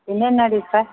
പിന്നെ എന്നാ ടീച്ചറെ